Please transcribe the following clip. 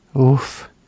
Oof